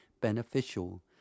beneficial